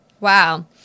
Wow